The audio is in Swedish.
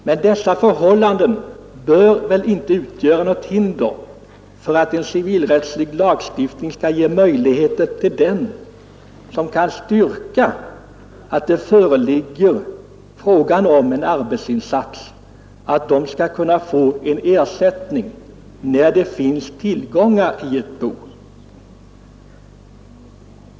Men dessa förhållanden bör väl inte utgöra ett hinder för att en civilrättslig lagstiftning skall ge möjlighet åt den som kan styrka att det föreligger en arbetsinsats att kunna få en ersättning, när det finns tillgångar i ett bo.